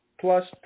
Plus